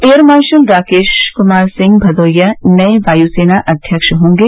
air marshal Rakesh Kumar Singh Bhadauria नये वायुसेना अध्यक्ष हॉगे